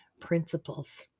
principles